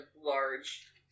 large